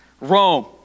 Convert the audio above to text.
Rome